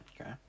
Okay